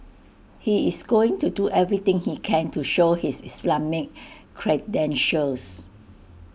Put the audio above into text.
he is going to do everything he can to show his Islamic credentials